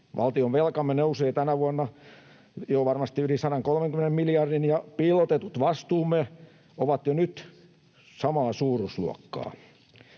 Valtionvelkamme nousee tänä vuonna jo varmasti yli 130 miljardin, ja piilotetut vastuumme ovat jo nyt samaa suuruusluokkaa.